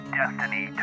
destiny